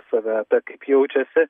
save kaip jaučiasi